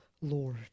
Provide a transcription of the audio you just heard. Lord